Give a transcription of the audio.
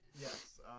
Yes